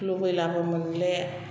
लुबैलाबो मोनले